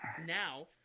Now